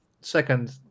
second